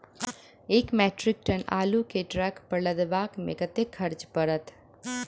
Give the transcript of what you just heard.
एक metric tonne आलु केँ ट्रक पर लदाबै मे कतेक खर्च पड़त?